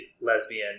lesbian